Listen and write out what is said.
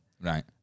Right